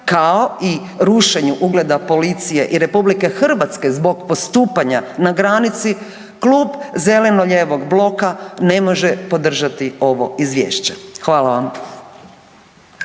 kao i rušenju ugleda policije i Republike Hrvatske zbog postupanja na granici, Klub zeleno-lijevog bloka ne može podržati ovo Izvješće. Hvala vam.